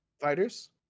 fighters